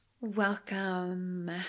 Welcome